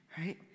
right